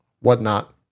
whatnot